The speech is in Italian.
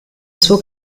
suo